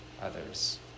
others